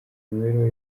imibereho